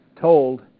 told